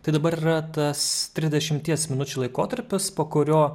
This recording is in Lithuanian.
tai dabar yra tas trisdešimties minučių laikotarpis po kurio